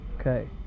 Okay